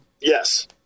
Yes